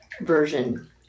version